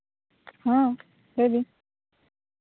ᱦᱮᱸ ᱞᱟᱹᱭᱢᱮ